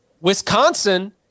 Wisconsin